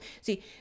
see